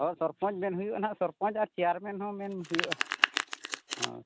ᱦᱳᱭ ᱥᱚᱨᱯᱚᱸᱡᱽ ᱢᱮᱱ ᱦᱩᱭᱩᱜᱼᱟ ᱦᱟᱸᱜ ᱥᱚᱨᱯᱚᱸᱡᱽ ᱟᱨ ᱪᱮᱭᱟᱨᱢᱮᱱ ᱦᱚᱸ ᱢᱮᱱ ᱦᱩᱭᱩᱜᱼᱟ ᱦᱮᱸ